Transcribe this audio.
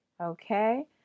Okay